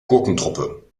gurkentruppe